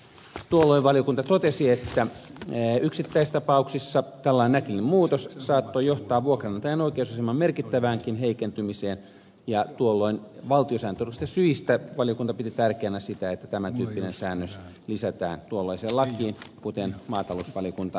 tuolloin valiokunta totesi että yksittäistapauksissa tällainen äkillinen muutos saattoi johtaa vuokranantajan oikeusaseman merkittäväänkin heikentymiseen ja tuolloin valtiosääntöoikeudellisista syistä valiokunta piti tärkeänä sitä että tämän tyyppinen säännös lisätään tuollaiseen lakiin kuten maatalousvaliokunta sitten teki